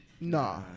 Nah